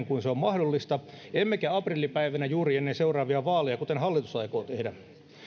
kuin se on mahdollista emmekä aprillipäivänä juuri ennen seuraavia vaaleja kuten hallitus aikoo tehdä